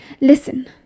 listen